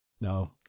No